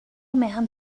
man